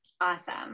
Awesome